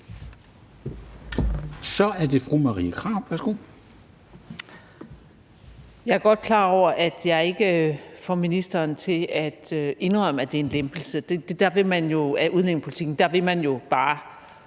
Så er det fru Marie Krarup.